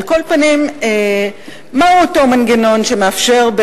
על כל פנים, מהו אותו מנגנון שמאפשר,